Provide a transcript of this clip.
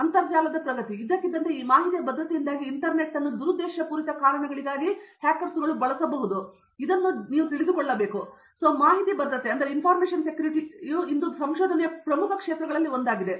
ಅಂತರ್ಜಾಲದ ಪ್ರಗತಿ ಮತ್ತು ಇದ್ದಕ್ಕಿದ್ದಂತೆ ಈ ಮಾಹಿತಿಯ ಭದ್ರತೆಯಿಂದಾಗಿ ಇಂಟರ್ನೆಟ್ ಅನ್ನು ದುರುದ್ದೇಶಪೂರಿತ ಕಾರಣಗಳಿಗಾಗಿ ಬಳಸಬಹುದು ಎಂದು ಅರಿತುಕೊಂಡರೆ ಮಾಹಿತಿ ಭದ್ರತೆಯು ಇಂದು ಸಂಶೋಧನೆಯ ಪ್ರಮುಖ ಕ್ಷೇತ್ರಗಳಲ್ಲಿ ಒಂದಾಗಿದೆ